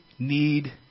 need